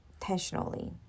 intentionally